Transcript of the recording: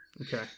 Okay